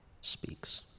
speaks